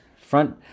front